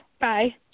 Bye